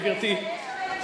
גברתי,